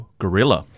gorilla